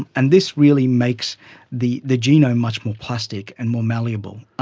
and this really makes the the genome much more plastic and more malleable,